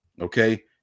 Okay